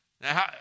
Now